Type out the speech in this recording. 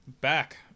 back